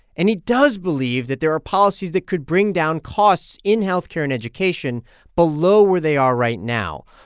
and he does believe that there are policies that could bring down costs in health care and education below where they are right now.